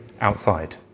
outside